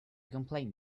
complain